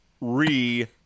Re